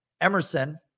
Emerson